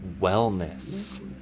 wellness